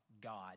God